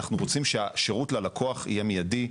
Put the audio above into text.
אנחנו רוצים שהשירות ללקוח יהיה מידי.